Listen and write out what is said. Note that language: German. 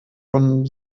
vom